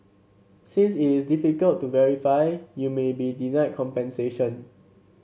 since it is difficult to verify you may be denied compensation